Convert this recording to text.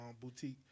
boutique